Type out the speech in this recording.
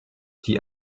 die